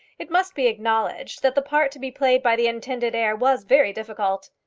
it must be acknowledged that the part to be played by the intended heir was very difficult.